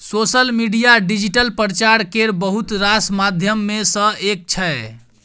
social media digital प्रचार केर बहुत रास माध्यम मे सँ एक छै